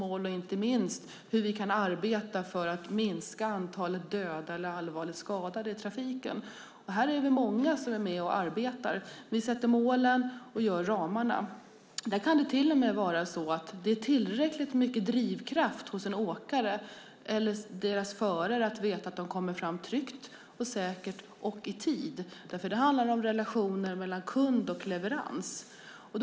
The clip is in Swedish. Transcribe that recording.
Det handlar också inte minst om hur vi kan arbeta för att minska antalet döda eller allvarligt skadade i trafiken. Här är vi många som är med och arbetar. Vi sätter målen och gör ramarna. Det kan till och med vara tillräckligt av drivkraft för åkare eller deras förare att veta att de kommer fram tryggt, säkert och i tid. Det handlar om relationer mellan kund och leverantör.